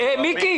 אני מקווה